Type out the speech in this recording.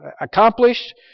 accomplished